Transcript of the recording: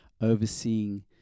overseeing